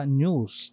news